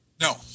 No